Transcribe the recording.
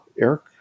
Eric